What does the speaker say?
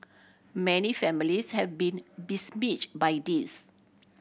many families have been besmirch by this